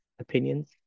opinions